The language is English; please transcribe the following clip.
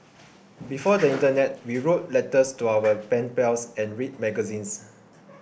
before the internet we wrote letters to our pen pals and read magazines